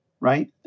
right